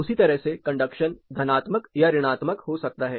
उसी तरह से कंडक्शन धनात्मक या ऋणात्मक हो सकता है